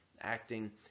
acting